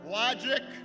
logic